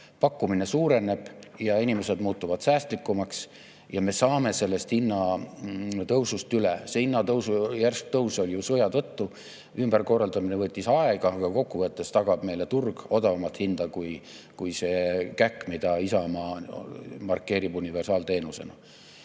pakkumine suureneb, inimesed muutuvad säästlikumaks ja me saame sellest hinnatõusust üle. See järsk hinnatõus oli ju sõja tõttu. Ümberkorraldamine võttis aega, aga kokkuvõttes tagab meile turg odavamat hinda kui see käkk, mida Isamaa markeerib universaalteenusena.